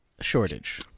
Shortage